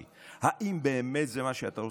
האם באמת זה מה שאתה רוצה?